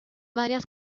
varias